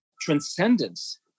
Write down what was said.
transcendence